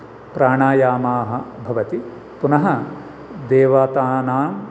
प्राणायामाः भवति पुनः देवतानां